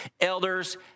Elders